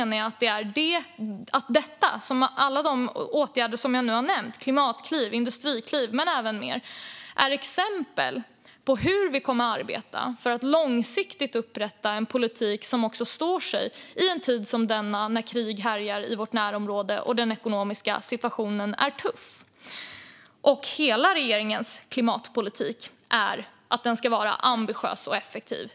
Alla de åtgärder som jag nu har nämnt - klimatkliv och industrikliv men även annat - är exempel på hur vi kommer att arbeta effektivt för att långsiktigt upprätta en politik som också står sig i en tid som denna, när krig härjar i vårt närområde och den ekonomiska situationen är tuff. Hela regeringens klimatpolitik är att den ska vara ambitiös och effektiv.